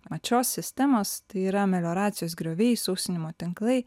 mat šios sistemos tai yra melioracijos grioviai sausinimo tinklai